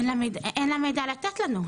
אין לה מידע לתת לנו.